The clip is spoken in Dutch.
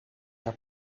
haar